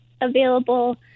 available